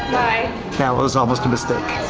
that was almost a mistake.